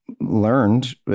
learned